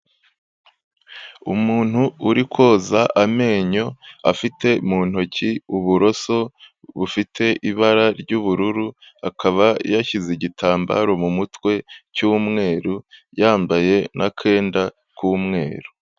Umuntu uri koza amenyo afite mu ntoki uburoso bufite ibara ry'ubururu, akaba yashyize igitambaro mu mutwe cy'umweru yambaye n'akenda k'umweru.